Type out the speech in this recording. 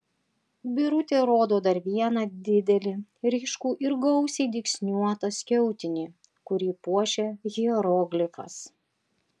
birutė rodo dar vieną didelį ryškų ir gausiai dygsniuotą skiautinį kurį puošia hieroglifas